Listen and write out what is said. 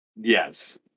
Yes